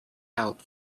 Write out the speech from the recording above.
out